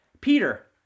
Peter